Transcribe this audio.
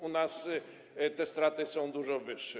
U nas te straty są dużo wyższe.